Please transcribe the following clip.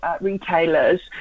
retailers